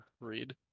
read